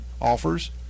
offers